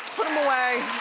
put him away.